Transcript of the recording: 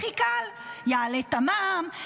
הכי קל: יעלה את המע"מ,